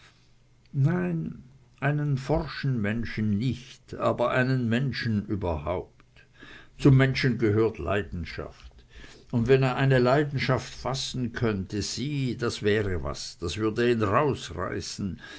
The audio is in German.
nein einen forschen menschen nicht aber einen menschen überhaupt zum menschen gehört leidenschaft und wenn er eine leidenschaft fassen könnte sieh das wäre was das würd ihn rausreißen